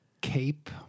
cape